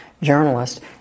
Journalist